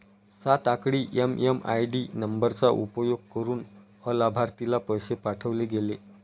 सात आकडी एम.एम.आय.डी नंबरचा उपयोग करुन अलाभार्थीला पैसे पाठवले गेले